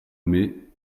mais